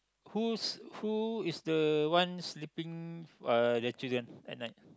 who's who is the one sleeping uh the children at night